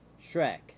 Shrek